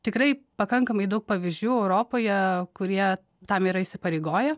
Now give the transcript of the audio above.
tikrai pakankamai daug pavyzdžių europoje kurie tam yra įsipareigoję